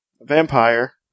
vampire